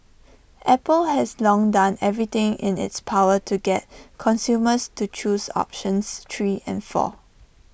Apple has long done everything in its power to get consumers to choose options three and four